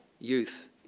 youth